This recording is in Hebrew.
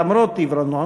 למרות עיוורונו,